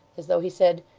as though he said,